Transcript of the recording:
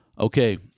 Okay